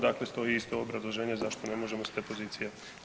Dakle, stoji isto obrazloženje zašto ne možemo s te pozicije.